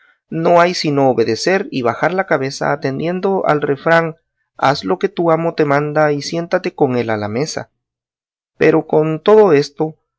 no hay sino obedecer y bajar la cabeza atendiendo al refrán haz lo que tu amo te manda y siéntate con él a la mesa pero con todo esto